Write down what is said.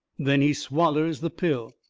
then he swallers the pill.